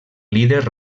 líder